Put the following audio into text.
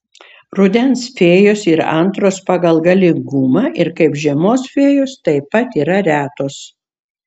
rudens fėjos yra antros pagal galingumą ir kaip žiemos fėjos taip pat yra retos